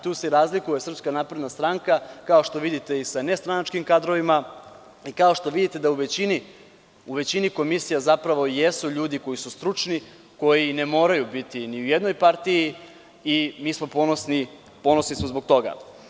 Tu se razlikuje SNS, kao što vidite i sa nestranačkim kadrovima, kao što vidite da u većini komisija zapravo i jesu ljudi koji su stručni koji ne moraju biti ni u jednoj partiji i mi smo ponosni zbog toga.